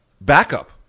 backup